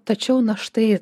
tačiau na štai